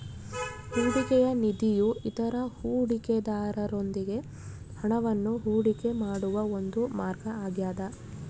ಹೂಡಿಕೆಯ ನಿಧಿಯು ಇತರ ಹೂಡಿಕೆದಾರರೊಂದಿಗೆ ಹಣವನ್ನು ಹೂಡಿಕೆ ಮಾಡುವ ಒಂದು ಮಾರ್ಗ ಆಗ್ಯದ